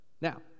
Now